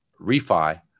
refi